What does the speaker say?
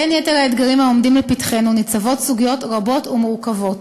בין יתר האתגרים העומדים לפתחנו ניצבות סוגיות רבות ומורכבות: